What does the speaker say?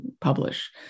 publish